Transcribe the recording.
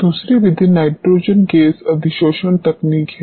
दूसरी विधि nitrogen gas अधिशोषण तकनीक है